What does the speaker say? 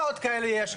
כמה עוד כאלה יש?